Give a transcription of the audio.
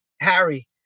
Harry